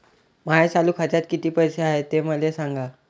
माया चालू खात्यात किती पैसे हाय ते मले सांगा